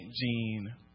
Jean